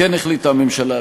כמו כן החליטה הממשלה,